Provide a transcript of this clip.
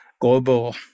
global